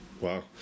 Wow